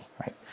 right